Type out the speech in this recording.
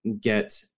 get